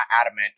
adamant